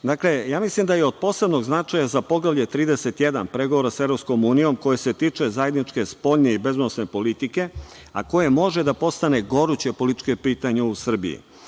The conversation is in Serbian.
se. Ja mislim da je od posebno značaja za Poglavlje 31 pregovora sa EU, koji se tiče zajedničke spoljne i bezbedonosne politike, a koja može da postane goruće političko pitanje u Srbiji.